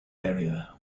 area